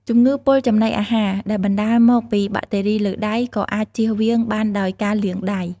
ជំងឺពុលចំណីអាហារ ដែលបណ្តាលមកពីបាក់តេរីលើដៃ ក៏អាចចៀសវាងបានដោយការលាងដៃ។